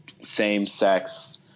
same-sex